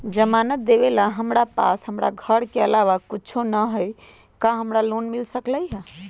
जमानत देवेला हमरा पास हमर घर के अलावा कुछो न ही का हमरा लोन मिल सकई ह?